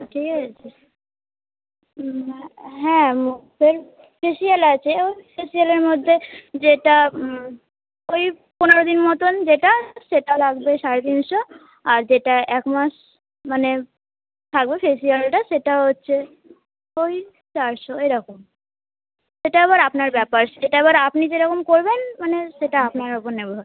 ঠিক আছে হুম হ্যাঁ মুখের ফেশিয়াল আছে ওই ফেশিয়ালের মধ্যে যেটা ওই পনেরো দিন মতোন যেটা সেটা লাগবে সাড়ে তিনশো আর যেটা এক মাস মানে থাকবে ফেশিয়ালটা সেটা হচ্ছে ওই চারশো এরকম সেটা এবার আপনার ব্যাপার সেটা এবার আপনি যেরকম করবেন মানে সেটা আপনার ওপর নেবো